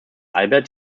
albert